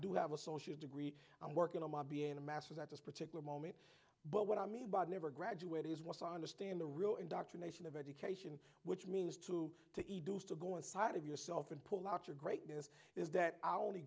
do have associates degree i'm working on my being a masters at this particular moment but what i mean by never graduate is what's honesty in the real indoctrination of education which means to to to go inside of yourself and pull out your greatness is that our only